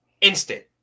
instant